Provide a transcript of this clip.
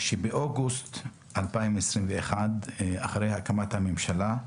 באוגוסט 2021, אחרי הקמת הממשלה,